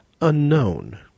Unknown